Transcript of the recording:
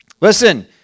Listen